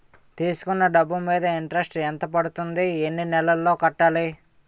తీసుకున్న డబ్బు మీద ఇంట్రెస్ట్ ఎంత పడుతుంది? ఎన్ని నెలలో కట్టాలి?